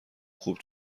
خوب